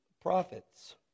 profits